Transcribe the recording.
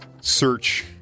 search